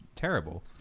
terrible